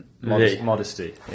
modesty